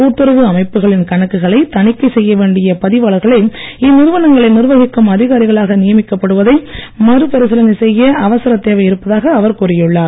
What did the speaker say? கூட்டுறவு அமைப்புகளின் தணிக்கை செய்யவேண்டிய பதிவாளர்களே கணக்குகளை இந்நிறுவனங்களை நிர்வகிக்கும் அதிகாரிகளாக நியமிக்கப் படுவதை மறுபரிசீலனை செய்ய அவசரத் தேவை இருப்பதாக அவர் கூறியுள்ளார்